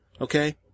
Okay